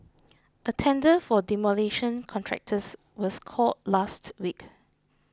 a tender for demolition contractors was called last week